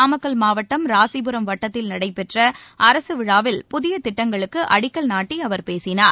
நாமக்கல் மாவட்டம் ராசிபுரம் வட்டத்தில் நடைபெற்ற அரசு விழாவில் புதிய திட்டங்களுக்கு அடிக்கல் நாட்டி அவர் பேசினார்